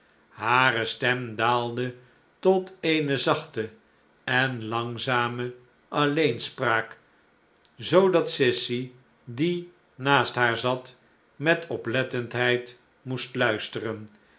hare stem daalde tot eene zachte en langzaine alleenspraak zoodat sissy die naast haar zat met oplettendheid moest luisteren